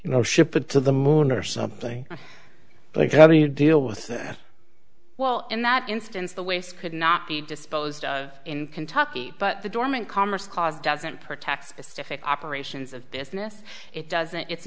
you know ship it to the moon or something like how do you deal with that well in that instance the waste could not be disposed of in kentucky but the dormant commerce clause doesn't protect specific operations of business it doesn't it's